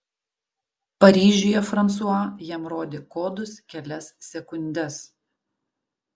paryžiuje fransua jam rodė kodus kelias sekundes